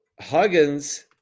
Huggins